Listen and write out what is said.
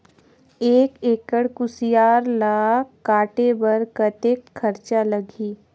एक एकड़ कुसियार ल काटे बर कतेक खरचा लगही?